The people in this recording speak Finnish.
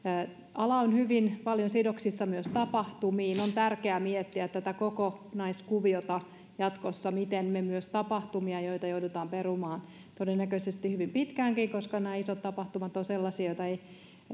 ala on hyvin paljon sidoksissa myös tapahtumiin on tärkeää miettiä tätä kokonaiskuviota jatkossa miten myös tapahtumia joita joudutaan perumaan todennäköisesti hyvin pitkäänkin koska nämä isot tapahtumat ovat sellaisia joita ei